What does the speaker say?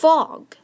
Fog